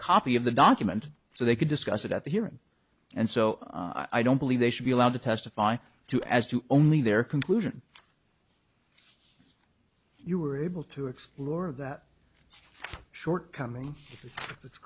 copy of the document so they could discuss it at the hearing and so i don't believe they should be allowed to testify to as to only their conclusion you were able to explore that shortcoming